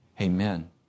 Amen